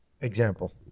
Example